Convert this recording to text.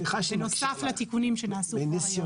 בנוסף לתיקונים שנעשו כבר היום.